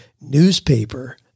newspaper